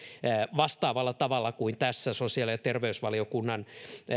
vastaavalla tavalla kuin tässä sosiaali ja terveysvaliokunnan